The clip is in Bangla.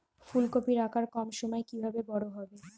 ফুলকপির আকার কম সময়ে কিভাবে বড় হবে?